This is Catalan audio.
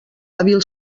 hàbil